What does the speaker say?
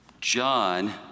john